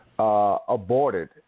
Aborted